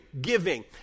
giving